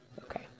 Okay